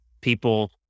people